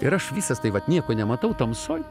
ir aš visas tai vat nieko nematau tamsoj